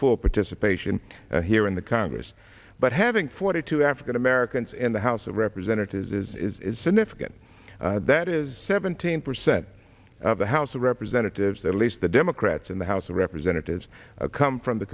full participation here in the congress but having forty two african americans in the house of representatives is a significant that is seventeen percent of the house of representatives at least the democrats in the house of representatives come from the